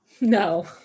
no